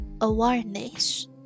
awareness